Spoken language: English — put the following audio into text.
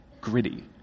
gritty